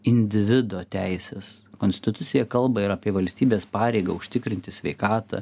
individo teises konstitucija kalba ir apie valstybės pareigą užtikrinti sveikatą